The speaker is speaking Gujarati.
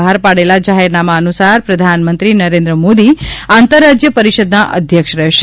બહાર પાડેલા જાહેરનામા અનુસાર પ્રધાનમંત્રી નરેન્દ્ર મોદી આંતરરાજય પરીષદના અધ્યક્ષ રહેશે